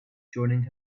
joining